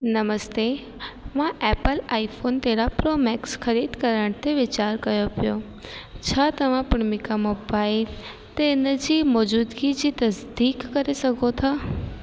नमस्ते मां Apple iPhone तेरहं Pro Max ख़रीद करण ते वीचार कयां पियो छा तव्हां पूर्वीका मोबाइल ते इन जी मौजूदगी जी तसदीक करे सघो था